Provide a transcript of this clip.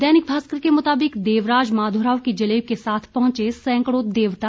दैनिक भास्कर के मुताबिक देवराज माधोराव की जलेब के साथ पुहंचे सैंकड़ों देवता